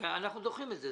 אנחנו דוחים את זה.